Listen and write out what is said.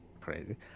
crazy